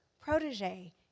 Protege